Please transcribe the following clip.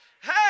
hey